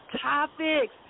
Topics